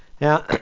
Now